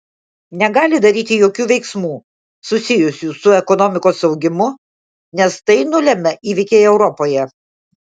negali daryti jokių veiksmų susijusių su ekonomikos augimu nes tai nulemia įvykiai europoje